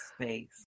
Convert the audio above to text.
space